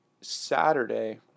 Saturday